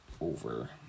over